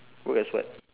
work as what